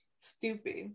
stupid